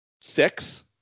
six